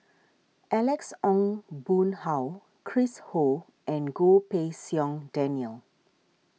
Alex Ong Boon Hau Chris Ho and Goh Pei Siong Daniel